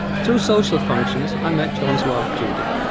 through social functions i met john's wife judy.